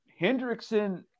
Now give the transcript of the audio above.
Hendrickson